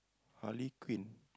Harley-Quinn